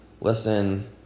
listen